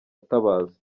atabaza